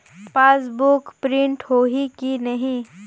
Passbook print होही कि नहीं?